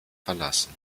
verlassen